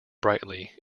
brightly